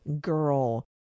girl